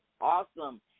Awesome